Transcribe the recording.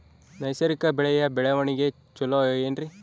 ನೈಸರ್ಗಿಕ ಬೆಳೆಯ ಬೆಳವಣಿಗೆ ಚೊಲೊ ಏನ್ರಿ?